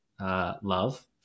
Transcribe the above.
love